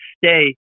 stay